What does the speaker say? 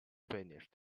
finished